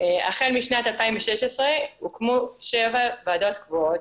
החל משנת 2016 הוקמו שבע ועדות קבועות.